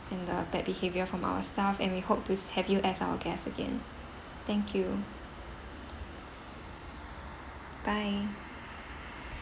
and the bad behavior from our staff and we hope to have you as our guest again thank you bye